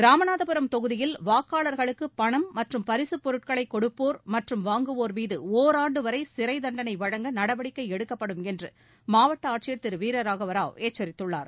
இராமநாதபுரம் தொகுதியில் வாக்காளர்களுக்கு பணம் மற்றும் பரிசுப் பொருட்களை கொடுப்போர் மற்றும் வாங்குவோர் மீது ஒராண்டு வரை சிறை தண்டனை வழங்க நடவடிக்கை எடுக்கப்படும் என்று மாவட்ட ஆட்சியர் திரு வீரராகவ ராவ் எச்சரித்துள்ளார்